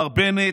מר בנט,